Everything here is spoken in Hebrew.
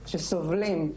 שסובלים.